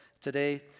today